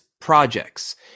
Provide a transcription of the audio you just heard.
projects